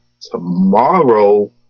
tomorrow